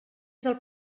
del